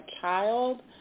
child